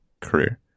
career